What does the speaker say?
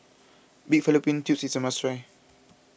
Pig Fallopian Tubes is a must try